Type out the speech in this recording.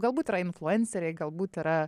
galbūt yra influenceriai galbūt yra